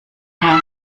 herr